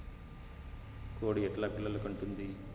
కోడి ఎట్లా పిల్లలు కంటుంది?